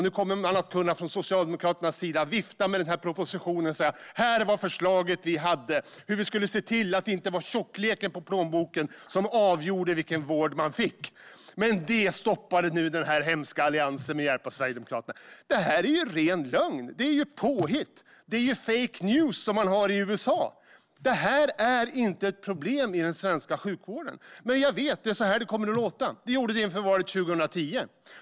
Nu kommer man från Socialdemokraternas sida att kunna vifta med propositionen och säga: Här var förslaget vi hade för att se till att inte plånbokens tjocklek avgör vilken vård man får. Men det stoppade den hemska Alliansen med hjälp av Sverigedemokraterna. Detta är ju ren lögn! Det är påhitt - fake news, som man har i USA. Detta är inte ett problem i den svenska sjukvården. Men jag vet att det är så det kommer att låta. Det gjorde det inför valet 2010.